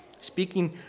speaking